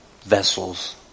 Vessels